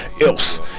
else